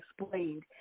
explained